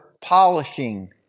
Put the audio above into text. polishing